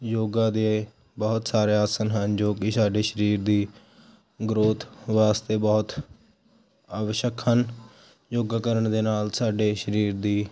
ਯੋਗਾ ਦੇ ਬਹੁਤ ਸਾਰੇ ਆਸਨ ਹਨ ਜੋ ਕਿ ਸਾਡੇ ਸਰੀਰ ਦੀ ਗਰੋਥ ਵਾਸਤੇ ਬਹੁਤ ਆਵਸ਼ਕ ਹਨ ਯੋਗਾ ਕਰਨ ਦੇ ਨਾਲ ਸਾਡੇ ਸਰੀਰ ਦੀ